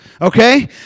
okay